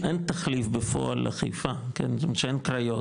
אין תחליף בפועל לחיפה, זאת אומרת שאין קריות?